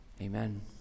Amen